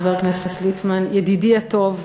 חבר הכנסת ליצמן ידידי הטוב,